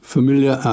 Familiar